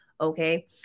okay